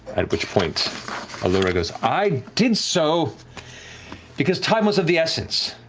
at which point allura goes, i did so because time was of the essence,